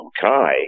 Kai